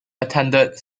attended